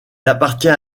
appartient